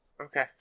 Okay